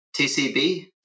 TCB